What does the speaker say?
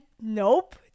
Nope